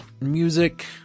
music